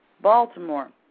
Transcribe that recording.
Baltimore